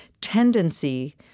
tendency